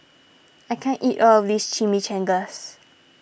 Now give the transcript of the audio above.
I can't eat all of this Chimichangas